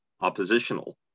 oppositional